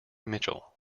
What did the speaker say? mitchell